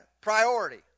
Priority